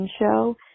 show